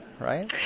right